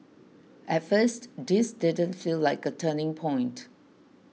at first this didn't feel like a turning point